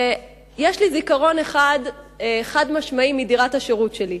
יש לי זיכרון אחד חד-משמעי מדירת השירות שלי: